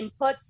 inputs